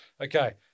Okay